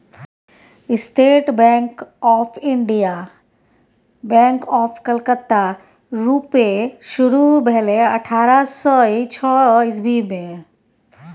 state Bank of India, bank of Calcutta रुपे शुरु भेलै अठारह सय छअ इस्बी मे